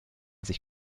sich